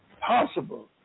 possible